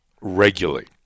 regularly